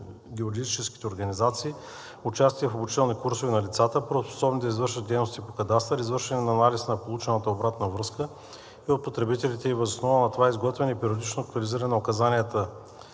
геодезическите организации, участие в обучителни курсове на лицата, правоспособни да извършват дейности по кадастър, извършване на анализ на получената обратна връзка от потребителите и въз основа на това изготвяне и периодично актуализиране на указанията